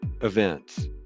events